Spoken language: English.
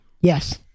Yes